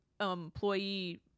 employee